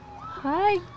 Hi